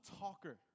talker